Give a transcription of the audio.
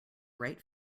right